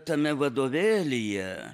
tame vadovėlyje